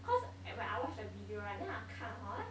cause eh when I watch the video right then I 看 hor eh